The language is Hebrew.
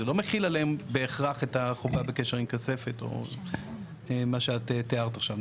זה לא מחיל עליהם בהכרח את החובה בקשר עם כספת או מה שאת תיארת עכשיו,